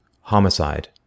Homicide